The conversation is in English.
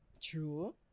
true